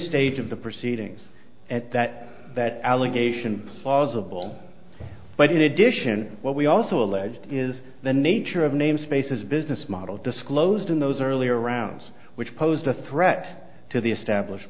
stage of the proceedings at that that allegation plausible but in addition what we also alleged is the nature of namespace business model disclosed in those earlier rounds which posed a threat to the established